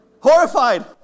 Horrified